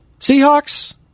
Seahawks